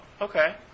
okay